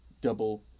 double